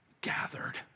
gathered